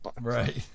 Right